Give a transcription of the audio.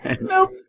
Nope